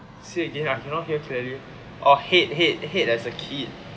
say again I cannot hear clearly orh hate hate hate as a kid